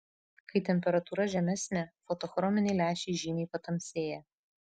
kai temperatūra žemesnė fotochrominiai lęšiai žymiai patamsėja